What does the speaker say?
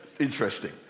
Interesting